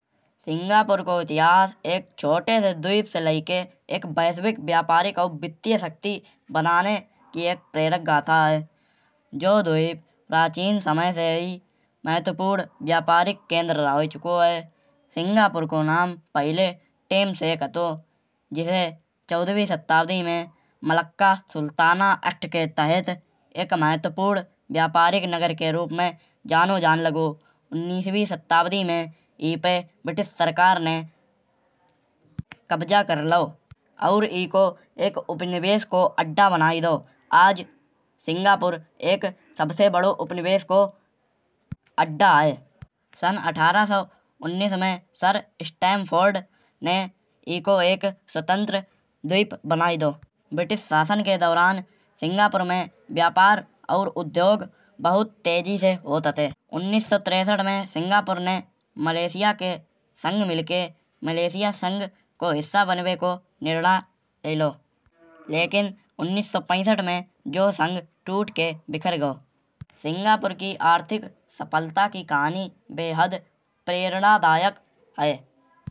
सिंगापुर को इतिहास एक छोटे से द्वीप से लई के एक वैश्विक व्यापारिक और वित्तीय शक्ति बनाने की एक प्रेरक गाथा है। जऊ द्वीप प्राचीन समय से ही महत्वपूर्ण व्यापारिक केंद्र रही चुकौ है। सिंगापुर को नाम पहिले तामसेके हातो। जิเซ चौदवीं सतम में मलक्का सुल्ताना आस्थ के तहत एक महत्वपूर्ण व्यापारिक नगर के रूप में जानौ जान लागौ। उन्नीसवीं सतम में ईपे ब्रिटिश सरकार ने कब्जा कर लाओ। और ईको एक उपनिवेश को अड्डा बनाई दाओ। आज सिंगापुर एक सबसे बड़ौ एक उपनिवेश को अड्डा है। सन् अठारह सौ उन्नीस में सिए स्टैमफोर्ड ने ईको एक स्वतंत्र द्वीप बनाई दाओ। ब्रिटिश शासन के दौरान सिंगापुर में व्यापार और उद्योग बहुत तेजी से होत है। उन्नीस सौ तिरेसठ में सिंगापुर ने मलेशिया के संग मिलके मलेशिया संघ को हिस्सा बनिवे को निर्णय लैइलौ। लेकिन उन्नीस सौ पैसठ में जऊ संघ टूट के बिखर गऔ। सिंगापुर की आर्थिक सफलता की कहानी बेहद प्रेरणा दायक है।